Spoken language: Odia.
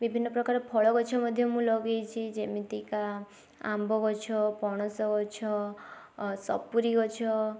ବିଭିନ୍ନ ପ୍ରକାର ଫଳ ଗଛ ମଧ୍ୟ ମୁଁ ଲଗେଇଛି ଯେମିତିକା ଆମ୍ବ ଗଛ ପଣସ ଗଛ ସପୁରୀ ଗଛ